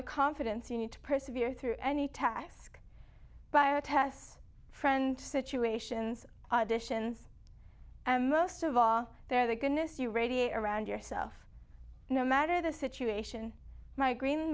the confidence you need to persevere through any task bio tests friend situations additions and most of all there the goodness you radiate around yourself no matter the situation my green